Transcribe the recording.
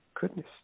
goodness